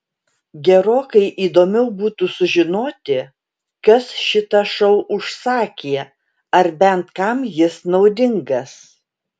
gerokai įdomiau būtų sužinoti kas šitą šou užsakė ar bent kam jis naudingas